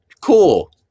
cool